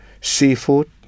seafood